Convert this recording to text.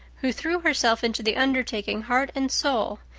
who threw herself into the undertaking heart and soul,